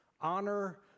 Honor